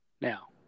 Now